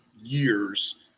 years